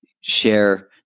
share